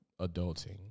adulting